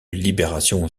libération